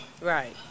Right